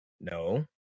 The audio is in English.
No